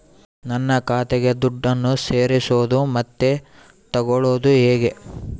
ನನ್ನ ಖಾತೆಗೆ ದುಡ್ಡನ್ನು ಸೇರಿಸೋದು ಮತ್ತೆ ತಗೊಳ್ಳೋದು ಹೇಗೆ?